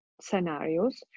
scenarios